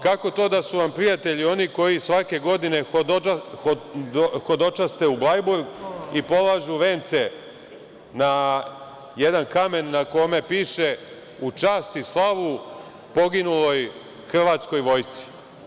Kako da su vam prijatelji oni koji svake godine hodočaste u Blajburg i polažu vence na jedan kamen na kome piše – u čast i slavu poginuloj hrvatskoj vojsci?